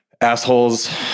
Assholes